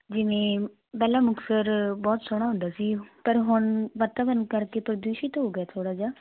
ਜਿਵੇਂ ਪਹਿਲਾਂ ਮੁਕਤਸਰ ਬਹੁਤ ਸੋਹਣਾ ਹੁੰਦਾ ਸੀ ਪਰ ਹੁਣ ਵਾਤਾਵਰਨ ਕਰਕੇ ਪਰ ਦੂਸ਼ਿਤ ਹੋ ਗਏ ਥੋੜਾ ਜਿਹਾ